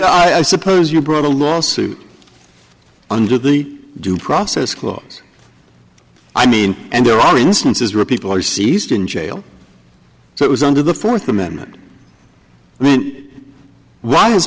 suppose you brought a lawsuit under the due process clause i mean and there are instances where people are seized in jail so it was under the fourth amendment then why